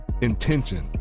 intention